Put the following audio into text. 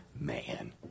man